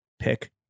pick